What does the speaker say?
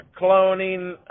cloning